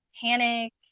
panic